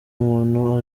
umuntu